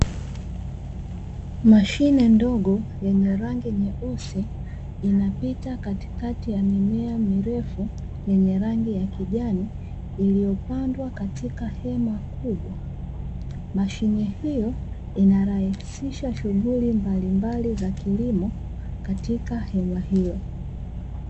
Mashine ndogo yenye rangi nyeusi, inapita katikati ya mimea mirefu yenye rangi ya kijani, iliopandwa katika hema kubwa. Mashine hiyo inarahisisha shughuli mbalimbali za kilimo katika hema hilo.